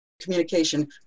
communication